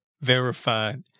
verified